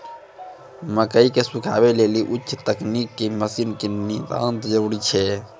मकई के सुखावे लेली उच्च तकनीक के मसीन के नितांत जरूरी छैय?